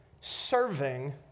serving